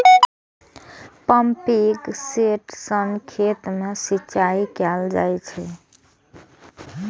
pumping set सं खेत मे सिंचाई कैल जाइ छै